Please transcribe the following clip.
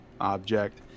object